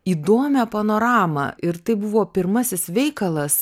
įdomią panoramą ir tai buvo pirmasis veikalas